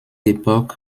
époque